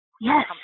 Yes